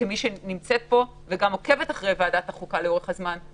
כמי שנמצאת פה וגם עוקבת אחרי ועדת החוקה פה לאורך הזמן,